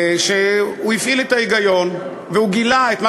על כך שהוא הפעיל את ההיגיון והוא גילה את מה